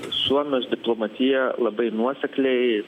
suomijos diplomatija labai nuosekliai